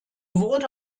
wurde